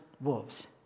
wolves